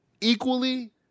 equally